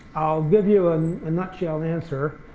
i'll give you and a nutshell answer,